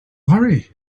worry